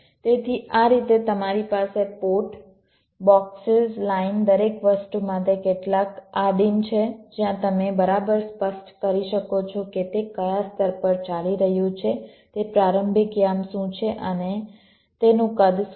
તેથી આ રીતે તમારી પાસે પોર્ટ બોક્સીસ લાઇન દરેક વસ્તુ માટે કેટલાક આદિમ છે જ્યાં તમે બરાબર સ્પષ્ટ કરી શકો છો કે તે કયા સ્તર પર ચાલી રહ્યું છે તે પ્રારંભિક યામ શું છે અને તેનું કદ શું છે